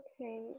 okay